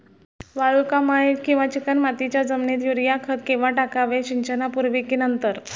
वालुकामय किंवा चिकणमातीच्या जमिनीत युरिया खत केव्हा टाकावे, सिंचनापूर्वी की नंतर?